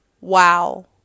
Wow